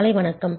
காலை வணக்கம்